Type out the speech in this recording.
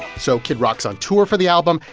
so kid rock's on tour for the album,